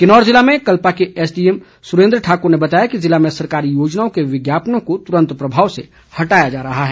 किन्नौर जिले में कल्पा के एसडीएम सुरेंद्र ठाकुर ने बताया कि ज़िले में सरकारी योजनाओं के विज्ञापनों को तुरंत प्रभाव से हटाया जा रहा है